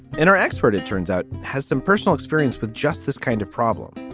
in. our expert, it turns out, has some personal experience with just this kind of problem.